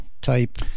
type